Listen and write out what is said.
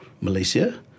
Malaysia